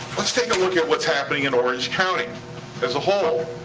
let's take a look at what's happening in orange county as a whole.